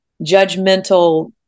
judgmental